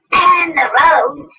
and the roads.